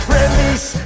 Release